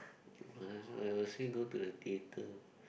I will still go to the theatre